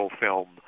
film